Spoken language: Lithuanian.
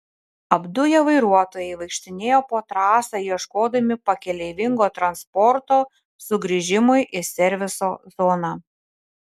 apduję vairuotojai vaikštinėjo po trasą ieškodami pakeleivingo transporto sugrįžimui į serviso zoną